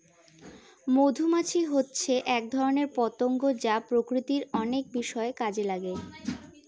মধুমাছি হচ্ছে এক ধরনের পতঙ্গ যা প্রকৃতির অনেক বিষয়ে কাজে লাগে